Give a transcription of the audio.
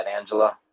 Angela